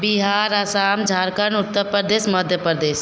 Bihar Assam Jharkhand Uttar Pradesh Madhya Pradesh